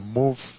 move